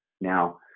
now